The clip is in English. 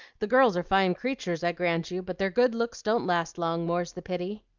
the girls are fine creatures, i grant you but their good looks don't last long, more's the pity!